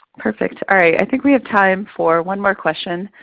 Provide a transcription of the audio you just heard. perfect, all right. i think we have time for one more question.